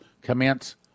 commence